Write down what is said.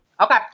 Okay